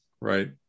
right